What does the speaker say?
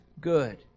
good